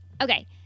Okay